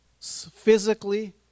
physically